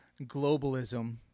globalism